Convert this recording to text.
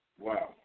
Wow